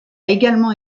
également